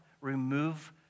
remove